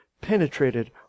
penetrated